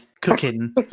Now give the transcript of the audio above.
cooking